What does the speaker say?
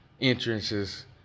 entrances